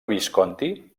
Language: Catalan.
visconti